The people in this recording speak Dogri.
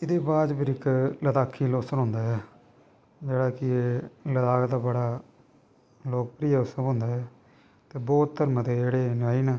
ते एह्दे बाद भी इक्क लद्दाखी लोसर आंदा ऐ जेह्ड़ा की लद्दाख दा बड़ा लोकप्रिय लोसर होंदा ऐ बौद्ध धर्म दे जेह्ड़े अनुयायी न